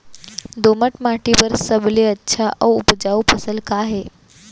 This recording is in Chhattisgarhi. दोमट माटी बर सबले अच्छा अऊ उपजाऊ फसल का हे?